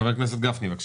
חבר הכנסת גפני, בבקשה.